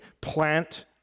plant